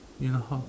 you know